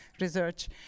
research